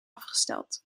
afgesteld